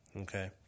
Okay